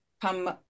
come